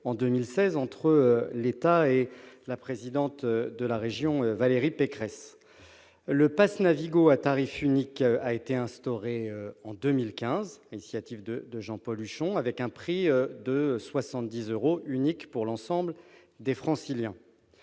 en 2016 par l'État et la présidente de la région, Valérie Pécresse. Le pass Navigo à tarif unique a été instauré en 2015, sur l'initiative de Jean-Paul Huchon, à un prix de 70 euros, identique pour l'ensemble des Franciliens.